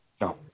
No